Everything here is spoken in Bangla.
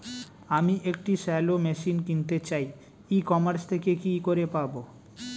আমি একটি শ্যালো মেশিন কিনতে চাই ই কমার্স থেকে কি করে পাবো?